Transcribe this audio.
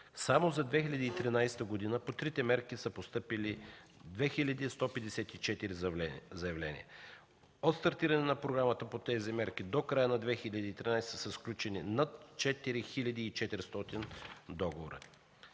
Само за 2013 г. по трите мерки са постъпили 2154 заявления. От стартирането на програмата по тези мерки до края на 2013 г. са сключени над 4 400 договора.